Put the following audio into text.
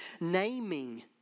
naming